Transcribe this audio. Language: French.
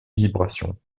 vibrations